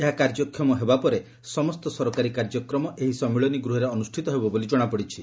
ଏହା କାର୍ଯ୍ୟକ୍ଷମ ହେବା ପରେ ସମସ୍ତ ସରକାରୀ କାର୍ଯ୍ୟକ୍ରମ ଏହି ସମ୍ମିଳନୀ ଗୃହରେ ଅନୁଷ୍ପିତ ହେବ ବୋଲି ଜଶାପଡିଛି